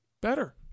Better